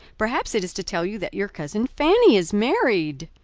perhaps it is to tell you that your cousin fanny is married?